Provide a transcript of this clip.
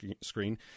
screen